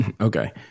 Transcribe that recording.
Okay